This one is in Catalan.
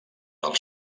del